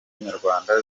nyarwanda